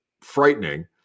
frightening